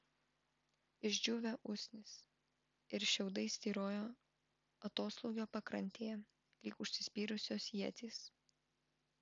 išdžiūvę usnys ir šiaudai styrojo atoslūgio pakrantėje lyg užsispyrusios ietys